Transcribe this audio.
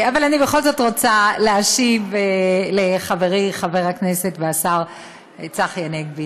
אני בכל זאת רוצה להשיב לחברי חבר הכנסת ולשר צחי הנגבי.